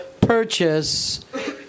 purchase